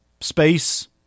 space